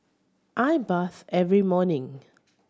I bath every morning